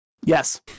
Yes